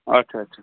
اچھا اچھ